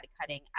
cutting